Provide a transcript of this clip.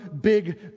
big